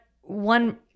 one